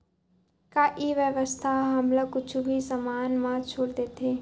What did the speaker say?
का ई व्यवसाय ह हमला कुछु भी समान मा छुट देथे?